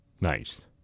Nice